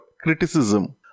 criticism